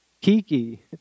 Kiki